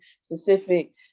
specific